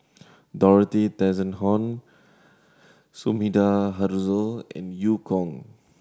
Dorothy Tessensohn Sumida Haruzo and Eu Kong